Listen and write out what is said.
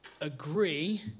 agree